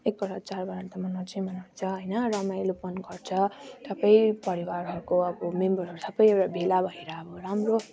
एउटा चाडबाड त मानउँछै मनाउँछ होइन रमाइलोपन गर्छ सबै परिवारहरूको अब मेम्बरहरू सबै भेला भएर अब राम्रो